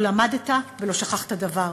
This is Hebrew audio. לא למדת ולא שכחת דבר.